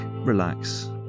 relax